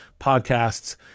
podcasts